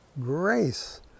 grace